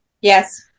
Yes